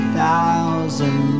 thousand